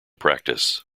practice